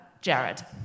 Jared